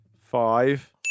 Five